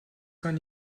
kann